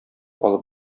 алып